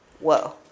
whoa